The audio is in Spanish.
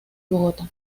bogotá